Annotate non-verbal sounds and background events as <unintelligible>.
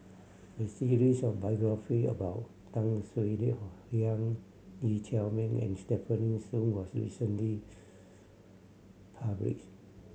a series of biography about Tan Swie <unintelligible> Hian Lee Chiaw Meng and Stefanie Sun was recently publish